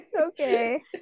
Okay